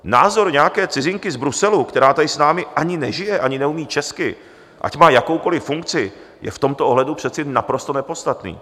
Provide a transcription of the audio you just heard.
Názor nějaké cizinky z Bruselu, která tady s námi ani nežije, ani neumí česky, ať má jakoukoli funkci, je v tomto ohledu přece naprosto nepodstatné.